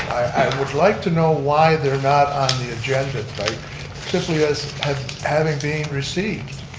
i would like to know why they're not on the agenda. simply as having been received.